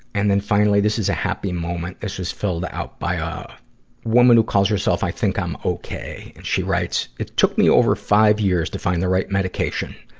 and then, finally, this is a happy moment. this was filled out by ah a woman who calls herself, i think i'm ok. and she writes, it took me over five years to find the right medication.